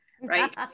Right